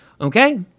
Okay